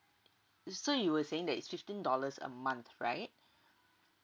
so you were saying that it's fifteen dollars a month right